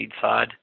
side